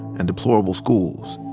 and deplorable schools.